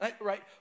right